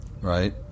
right